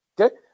Okay